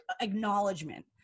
acknowledgement